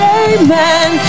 amen